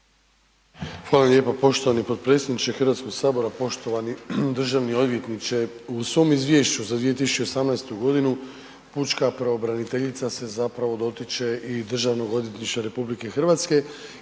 Hvala lijepa poštovani potpredsjedniče Hrvatskog sabora, poštovani državni odvjetniče. U svom izvješću za 2018. g., pučka pravobraniteljica se zapravo dotiče i Državnog odvjetništva RH i kaže